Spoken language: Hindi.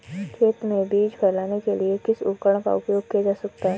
खेत में बीज फैलाने के लिए किस उपकरण का उपयोग किया जा सकता है?